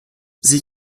sie